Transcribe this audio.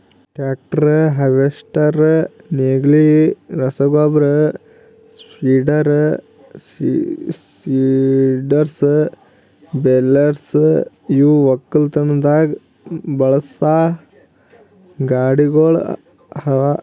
tractor, harvester, ನೇಗಿಲು, ರಸಗೊಬ್ಬರ spreader, seeders, balers ಇವು ಒಕ್ಕಲತನದಾಗ್ ಬಳಸಾ ಗಾಡಿಗೊಳ್ ಅವಾ